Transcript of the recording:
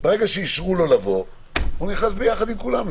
ברגע שאישרו לו לבוא, הוא נכנס יחד עם כולם.